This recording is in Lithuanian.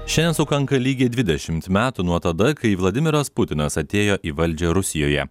šiandien sukanka lygiai dvidešimt metų nuo tada kai vladimiras putinas atėjo į valdžią rusijoje